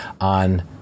on